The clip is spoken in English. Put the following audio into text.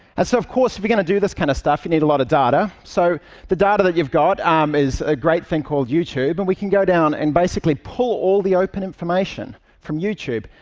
and so, of course, if you're going to do this kind of stuff, you need a lot of data. so the data that you've got um is a great thing called youtube, and we can go down and basically pull all the open information from youtube,